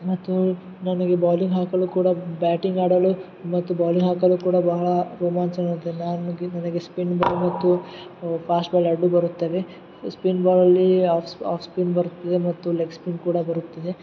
ಮತ್ತು ನನಗೆ ಬಾಲಿಂಗ್ ಹಾಕಲು ಕೂಡ ಬ್ಯಾಟಿಂಗ್ ಆಡಲು ಮತ್ತು ಬಾಲಿಂಗ್ ಹಾಕಲು ಕೂಡ ಬಹಳ ರೋಮಾಂಚನವಾಗುತ್ತೆ ನಾನು ನುಗ್ಗಿ ನನಗೆ ಸ್ಪಿನ್ ಬಾಲ್ ಮತ್ತು ಪಾಸ್ಟ್ ಬಾಲ್ ಆಡಲು ಬರುತ್ತದೆ ಸ್ಪಿನ್ ಬಾಲಲ್ಲಿ ಆಫ್ ಆಫ್ ಸ್ಪಿನ್ ಬರುತ್ತದೆ ಮತ್ತು ಲೆಗ್ ಸ್ಪಿನ್ ಕೂಡ ಬರುತ್ತದೆ